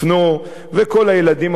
וכל הילדים הקטנים בגן,